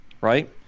right